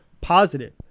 positive